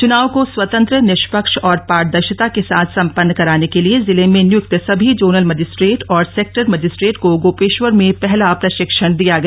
चनावों को स्वतंत्र निष्पक्ष और पारदर्शिता के साथ संपन्न कराने के लिए जिले में नियुक्त सभी जोनल मजिस्ट्रेट और सेक्टर मजिस्ट्रेट को गोपेश्वर में पहला प्रशिक्षण दिया गया